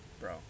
Bro